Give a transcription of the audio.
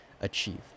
achieve